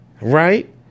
right